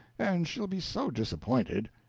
and she'll be so disappointed.